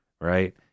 right